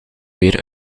weer